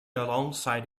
alongside